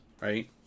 right